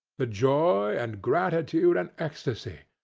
the joy, and gratitude, and ecstasy!